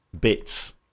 bits